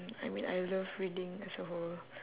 I mean I love reading as a whole